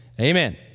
Amen